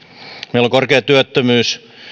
meillä on korkea työttömyys